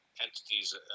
entities